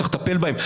צריך לטפל בהן,